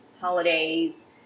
holidays